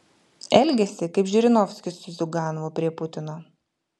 elgiasi kaip žirinovskis su ziuganovu prie putino